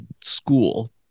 school